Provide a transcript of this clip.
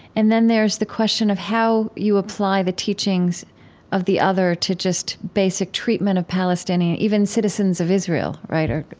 and then there is the question of how you apply the teachings of the other to just basic treatment of palestinians, even citizens of israel. right? is